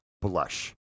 blush